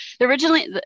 Originally